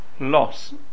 Loss